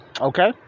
okay